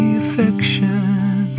affection